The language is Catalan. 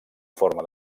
forma